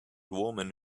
woman